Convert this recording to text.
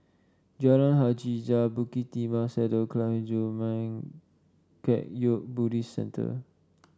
Jalan Hajijah Bukit Timah Saddle and Zurmang Kagyud Buddhist Centre